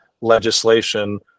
legislation